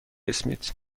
اسمیت